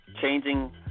changing